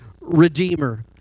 Redeemer